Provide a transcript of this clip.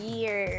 Year